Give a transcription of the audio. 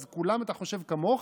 אז אתה חושב שכולם כמוך?